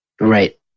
Right